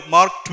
Mark